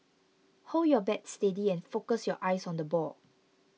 hold your bat steady and focus your eyes on the ball